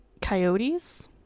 coyotes